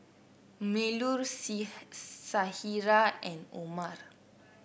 Melur Syirah and Omar